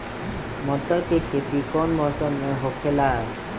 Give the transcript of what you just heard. मटर के खेती कौन मौसम में होखेला?